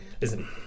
Listen